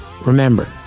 Remember